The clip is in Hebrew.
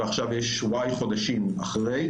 ועכשיו יש Y חודשים אחרי,